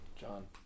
John